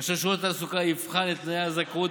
כאשר שירות התעסוקה יבחן את תנאי הזכאות